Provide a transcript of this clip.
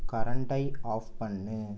கரண்ட்டை ஆஃப் பண்ணு